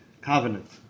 covenant